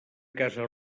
casa